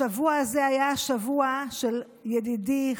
השבוע הזה היה שבוע של ידידי,